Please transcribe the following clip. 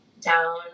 down